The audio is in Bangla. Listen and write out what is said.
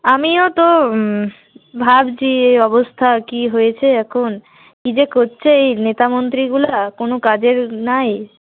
আমিও তো ভাবছি এ অবস্থা কী হয়েছে এখন কী যে করছে এই নেতামন্ত্রীগুলো কোনো কাজের না